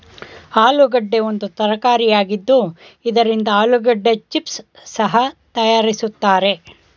ಆಲೂಗೆಡ್ಡೆ ಒಂದು ತರಕಾರಿಯಾಗಿದ್ದು ಇದರಿಂದ ಆಲೂಗೆಡ್ಡೆ ಚಿಪ್ಸ್ ಸಹ ತರಯಾರಿಸ್ತರೆ